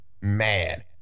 mad